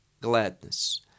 gladness